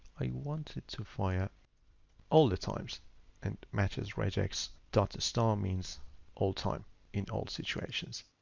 i wanted to find out all the times and matches regex dot star means all time in all situations.